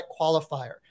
qualifier